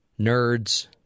Nerds